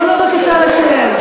תנו לו בבקשה לסיים.